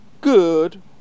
good